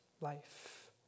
life